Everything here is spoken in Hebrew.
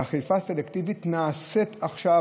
ואכיפה סלקטיבית נעשית עכשיו,